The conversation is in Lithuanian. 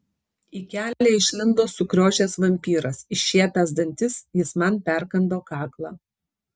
į kelią išlindo sukriošęs vampyras iššiepęs dantis jis man perkando kaklą